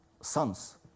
son's